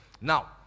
now